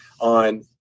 on